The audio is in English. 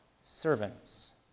servants